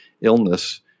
Illness